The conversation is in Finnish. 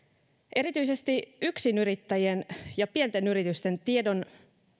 erityisesti yksinyrittäjien ja pienten yritysten tiedon